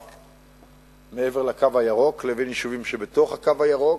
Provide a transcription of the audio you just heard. שהם מעבר ל"קו הירוק" ויישובים שבתוך "הקו הירוק".